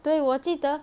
对我记得